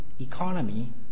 economy